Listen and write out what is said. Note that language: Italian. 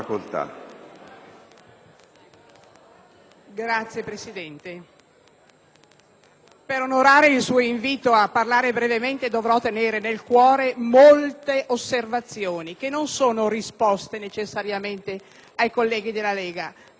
Signor Presidente, per onorare il suo invito a parlare brevemente dovrò tenere nel cuore molte osservazioni, che non sono risposte necessariamente ai colleghi della Lega: non ho sentenze da sputare.